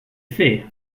fait